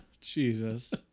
Jesus